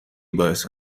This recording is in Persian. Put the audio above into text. باعث